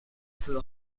feu